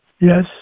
Yes